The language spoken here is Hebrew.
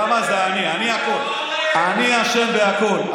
למה לא העברתם לפיקוד העורף?